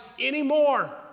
anymore